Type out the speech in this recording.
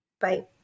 Bye